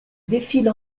défile